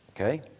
Okay